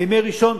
לימי ראשון,